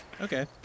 Okay